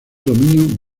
dominio